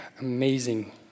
amazing